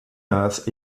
earth